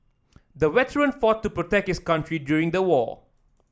the veteran fought to protect his country during the war